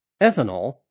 Ethanol